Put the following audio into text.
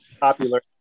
popular